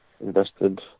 invested